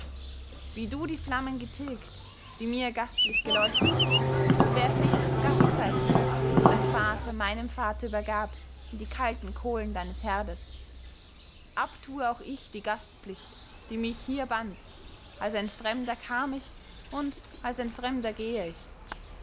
wie du die flamme getilgt die mir gastlich geleuchtet so werfe ich das gastzeichen das dein vater meinem vater übergab in die kalten kohlen deines herdes ab tue auch ich die gastpflicht die mich hier band als ein fremder kam ich und als ein fremder gehe ich